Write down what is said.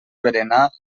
berenar